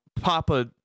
Papa